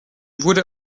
wurde